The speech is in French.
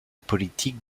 politique